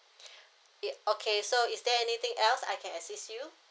it okay so is there anything else I can assist you